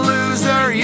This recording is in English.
Loser